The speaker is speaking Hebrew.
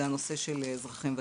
זה הנושא של אזרחים ותיקים.